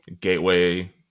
Gateway